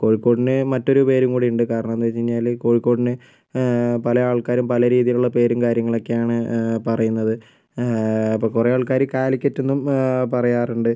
കോഴിക്കോടിൻ്റെ മറ്റൊരു പേരും കൂടിയുണ്ട് കാരണം എന്ന് വെച്ചു കഴിഞ്ഞാല് കോഴിക്കോടിന് പല ആൾക്കാരും പല രീതിയിലുള്ള പേരും കാര്യങ്ങളൊക്കെയാണ് പറയുന്നത് അപ്പോൾ കുറേ ആൾക്കാര് കാലിക്കറ്റ് എന്നും പറയാറുണ്ട്